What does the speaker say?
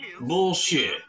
Bullshit